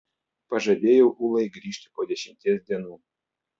pažadėjau ulai grįžti po dešimties dienų